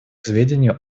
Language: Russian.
сведению